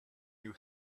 you